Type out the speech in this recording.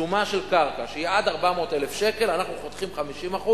שומה בקרקע, שהיא עד 400,000, אנחנו חותכים 50%,